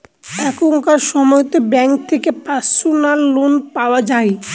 এখনকার সময়তো ব্যাঙ্ক থেকে পার্সোনাল লোন পাওয়া যায়